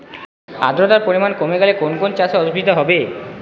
আদ্রতার পরিমাণ কমে গেলে কোন কোন চাষে অসুবিধে হবে?